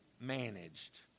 managed